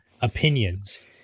opinions